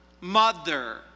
mother